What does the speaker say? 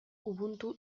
ubuntu